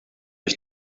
ich